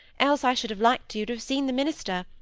else i should have liked you to have seen the minister.